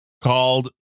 called